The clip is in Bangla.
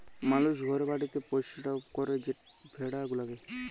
মালুস ঘরে বাড়িতে পৌষ্য ক্যরে যে ভেড়া গুলাকে